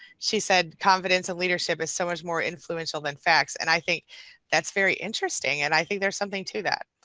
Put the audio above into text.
she said confidence and leadership is so much more influential than facts and i think that's very interesting and i think there's something to that,